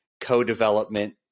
co-development